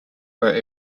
were